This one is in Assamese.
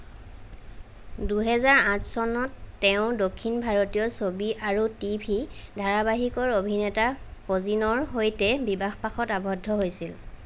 দুহেজাৰ আঠ চনত তেওঁ দক্ষিণ ভাৰতীয় ছবি আৰু টিভি ধাৰাবাহিকৰ অভিনেতা প্ৰজিনৰ সৈতে বিবাহপাশত আবদ্ধ হৈছিল